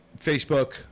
Facebook